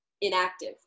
inactive